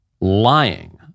lying